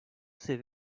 ces